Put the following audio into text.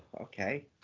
okay